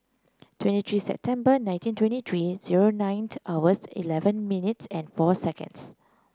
twenty three September nineteen twenty three zero nine hours eleven minutes and four seconds